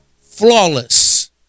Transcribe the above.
Flawless